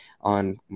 on